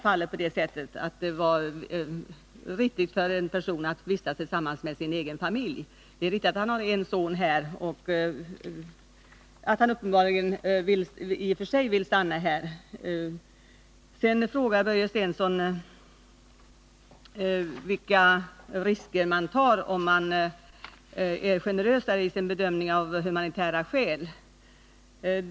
Man ansåg det vara viktigt för en person att få vistas tillsammans med sin egen familj. Det är riktigt att denne man har en son i Sverige och att han uppenbarligen vill stanna här. Vidare frågade Börje Stensson vilka risker man tar om man är generösare i sin bedömning av humanitära skäl.